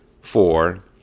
Four